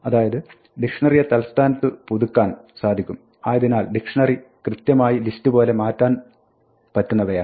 അതായത് ഡിക്ഷ്ണറിയെ തൽസ്ഥാനത്ത് പുതുക്കാൻ സാധിക്കും ആയതിനാൽ dictionary കൃത്യമായി ലിസ്റ്റ് പോലെ മാറ്റാൻ പറ്റുന്നവയാണ്